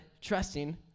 trusting